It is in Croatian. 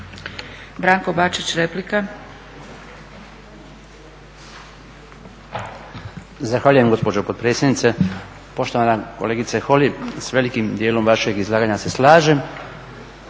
Branko (HDZ)** Zahvaljujem gospođo potpredsjednice, poštovana kolegice Holy. S velikim dijelom vašeg izlaganja se slažem.